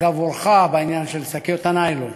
אגב אורחא בעניין של שקיות הניילון.